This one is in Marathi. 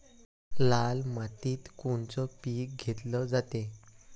लाल मातीत कोनचं पीक घेतलं जाते?